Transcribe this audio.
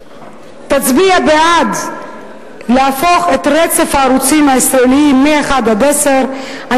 ותצביע בעד להפוך את רצף הערוצים הישראליים מ-1 עד 10. אני